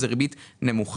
זו ריבית נמוכה,